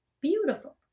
beautiful